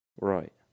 Right